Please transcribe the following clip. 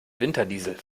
winterdiesel